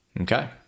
Okay